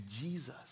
Jesus